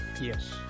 Yes